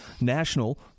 national